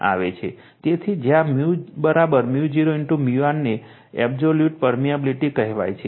તેથી જ્યાં 𝜇 𝜇0 𝜇r ને એબ્સોલ્યુટ પરમેબિલિટ કહેવાય છે